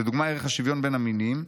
לדוגמה ערך השוויון בין המינים,